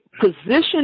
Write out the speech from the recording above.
position